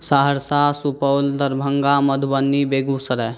Saharsa Supaul Darbhanga Madhubani Begusarai